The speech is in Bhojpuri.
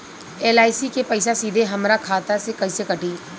एल.आई.सी के पईसा सीधे हमरा खाता से कइसे कटी?